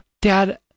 dad